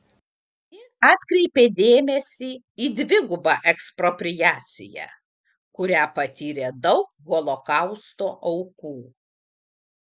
ji atkreipė dėmesį į dvigubą ekspropriaciją kurią patyrė daug holokausto aukų